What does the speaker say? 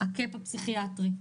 הקאפ הפסיכיאטרי.